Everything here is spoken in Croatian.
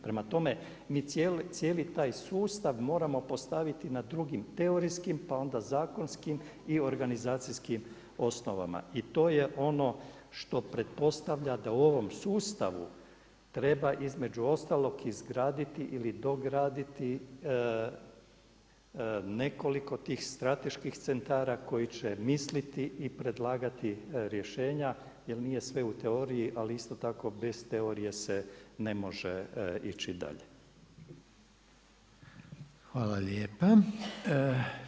Prema tome, mi cijeli taj sustav moramo postaviti na drugim teorijskim, pa onda zakonskim i organizacijskim osnovama i to je ono što pretpostavlja da u ovom sustavu treba između ostalog izgraditi ili dograditi nekoliko tih strateških centara koji će misliti i predlagati rješenja jer nije sve u teoriji, ali isto tako bez teorije se ne može ići dalje.